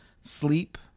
sleep